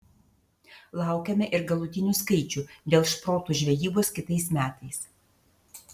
laukiame ir galutinių skaičių dėl šprotų žvejybos kitais metais